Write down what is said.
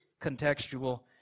contextual